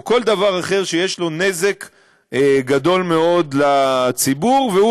או כל דבר אחר שיש בו נזק גדול מאוד לציבור והוא